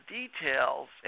details